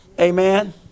Amen